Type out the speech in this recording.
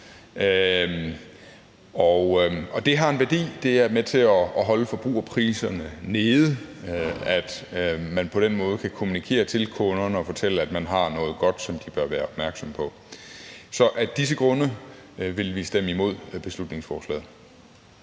Det har en værdi, og det er med til at holde forbrugerpriserne nede, at man på den måde kan kommunikere til kunderne og fortælle, at man har noget godt, som de bør være opmærksomme på. Så af disse grunde vil vi stemme imod beslutningsforslaget.